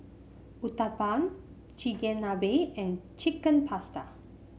Uthapam Chigenabe and Chicken Pasta